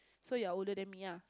so your older than me ah